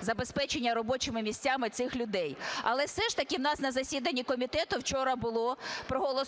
забезпечення робочими місцями цих людей. Але все ж таки у нас на засіданні комітету вчора було проголосовано